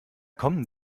kommen